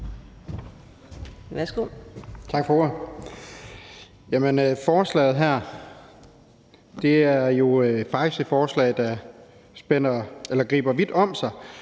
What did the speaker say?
Værsgo.